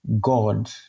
God